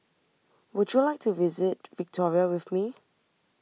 would you like to visit Victoria with me